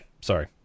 sorry